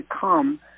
come